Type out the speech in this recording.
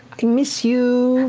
i miss you.